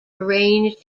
arranged